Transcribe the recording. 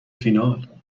فینال